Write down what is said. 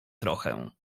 trochę